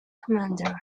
commander